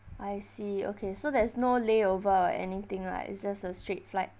I see okay so there's no layover or anything lah it's just a straight flight